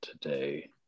today